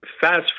fast